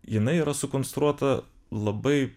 jinai yra sukonstruota labai